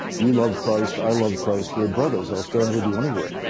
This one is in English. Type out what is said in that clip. you love christ. i love christ. we're brothers. i'll stand with you anywhere.